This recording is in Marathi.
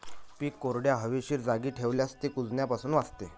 पीक कोरड्या, हवेशीर जागी ठेवल्यास ते कुजण्यापासून वाचते